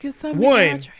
one